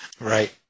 Right